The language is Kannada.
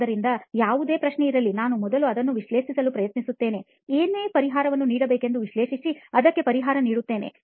ಆದ್ದರಿಂದ ಯಾವುದೇ ಪ್ರಶ್ನೆ ಇರಲಿ ನಾನು ಮೊದಲು ಅದನ್ನು ವಿಶ್ಲೇಷಿಸಲು ಪ್ರಯತ್ನಿಸುತ್ತೇನೆ ಏನು ಪರಿಹಾರವನ್ನು ನೀಡಬೇಕೆಂದು ವಿಶ್ಲೇಷಿಸಿ ಅದಕ್ಕೆ ಪರಿಹಾರ ನೀಡುತ್ತೇನೆ